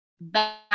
back